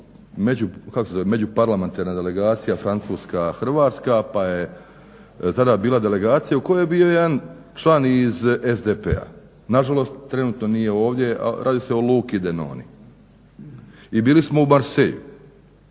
Međuparlamentarna delegacija Francuska-Hrvatska pa je tada bila delegacija u kojoj je bio jedan član iz SDP-a nažalost trenutno nije ovdje a radi se o Luki Denoni. I bili smo u Marseju